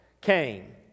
came